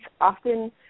Often